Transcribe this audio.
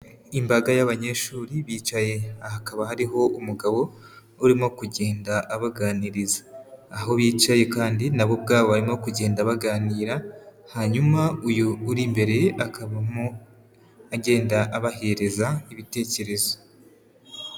Imbaga y'abanyeshuri bicaye hakaba hariho umugabo urimo kugenda abaganiriza. Aho bicaye kandi na bo ubwabo barimo kugenda baganira, hanyuma uyu uri imbere akabamo agenda abahereza ibitekerezo.